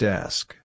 Desk